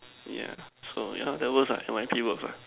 yeah so yeah that works ah it might actually works ah